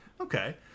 Okay